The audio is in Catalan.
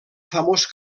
famós